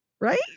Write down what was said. right